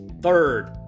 third